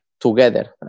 together